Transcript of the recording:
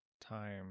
time